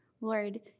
Lord